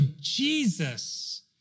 Jesus